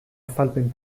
azalpen